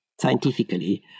scientifically